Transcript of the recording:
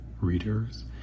readers